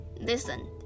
Listen